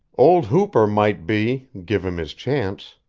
old hooper might be, give him his chance,